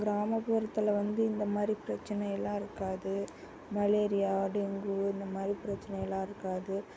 கிராமப்புறத்தில் வந்து இந்தமாதிரி பிரச்சினைலாம் இருக்காது மலேரியா டெங்கு இந்தமாதிரி பிரச்சினைலாம் இருக்காது